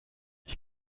ich